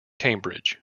cambridge